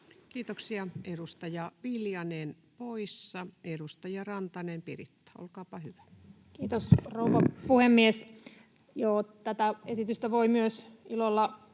Kiitoksia. — Edustaja Viljanen poissa. — Edustaja Rantanen, Piritta, olkaapa hyvä. Kiitos, rouva puhemies! Joo, tästä esityksestä voi myös ilolla todeta,